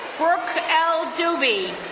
brooke l. doobie,